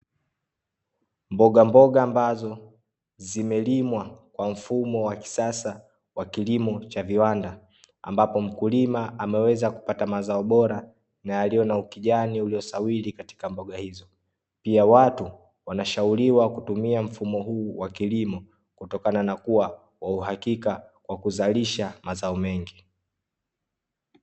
Mbogamboga ambazo zimelimwa kwa mfumo wa kisasa wa kilimo cha viwanda. Ambapo mkulima ameweza kupata mazao bora na yaliyo na ukijani uliosawiri katika mboga hizo. Pia watu wanashauriwa kutumia mfumo huu wa kilimo kutokana na kuwa wa uhakika wa kuzalisha mazao mengi.